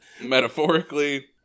metaphorically